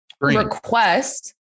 request